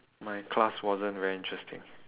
my class wasn't very interesting